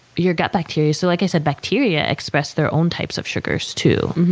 your gut bacteria. so like i said, bacteria express their own types of sugars too.